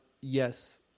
Yes